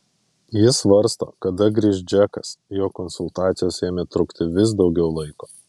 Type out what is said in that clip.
ji svarsto kada grįš džekas jo konsultacijos ėmė trukti vis daugiau laiko